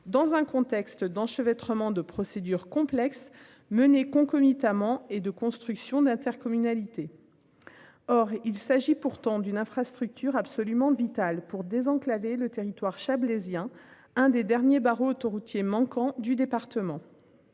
dans un contexte d'enchevêtrement de procédures complexes menée concomitamment et de construction d'intercommunalité. Or il s'agit pourtant d'une infrastructure absolument vital pour désenclaver le territoire chablaisien, un des derniers barreau autoroutier manquant du département.